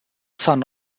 son